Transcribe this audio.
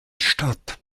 statt